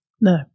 No